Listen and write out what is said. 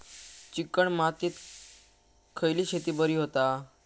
Chicken मातीत खयली शेती बरी होता?